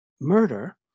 murder